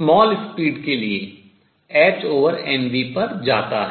small speeds कम गति के लिए hmv पर जाता है